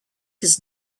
his